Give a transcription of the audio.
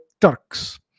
Turks